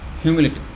Humility